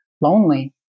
lonely